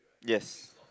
yes